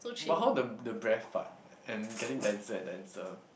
but how the the breath part and getting denser and denser